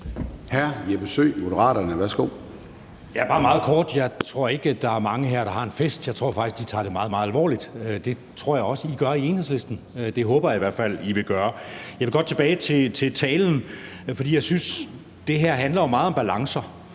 Jeg vil godt tilbage til talen, for jeg synes, det her handler meget om balancer.